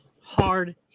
Hard